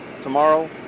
tomorrow